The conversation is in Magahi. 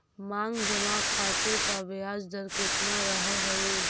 मांग जमा खाते का ब्याज दर केतना रहअ हई